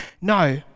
no